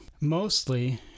Mostly